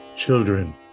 Children